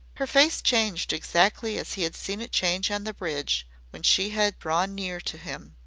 her face changed exactly as he had seen it change on the bridge when she had drawn nearer to him.